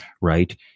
Right